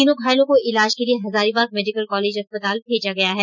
तीनों घायलों को इलाज के लिए हजारीबाग मेडिकल कॉलेज अस्पताल भेजा गया है